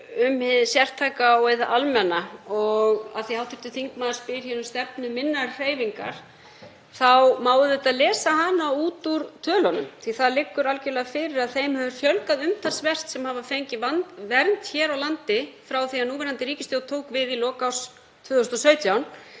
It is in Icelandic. um hið sértæka og hið almenna. Af því að hv. þingmaður spyr um stefnu minnar hreyfingar þá má auðvitað lesa hana út úr tölunum því að það liggur algerlega fyrir að þeim hefur fjölgað umtalsvert sem hafa fengið vernd hér á landi frá því að núverandi ríkisstjórn tók við í lok árs 2017.